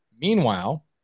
Meanwhile